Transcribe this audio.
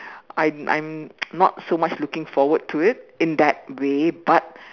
I'm I'm not so much looking forward to it in that way but